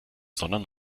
sondern